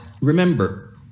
remember